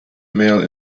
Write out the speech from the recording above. male